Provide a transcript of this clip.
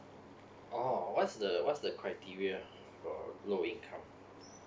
oh what's the what's the criteria for low income